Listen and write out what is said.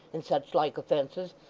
and such like offences,